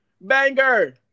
banger